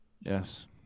yes